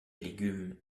légumes